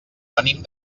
venim